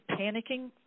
panicking